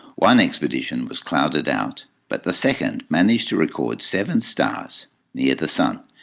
one expedition was clouded out, but the second managed to record seven stars near the sun.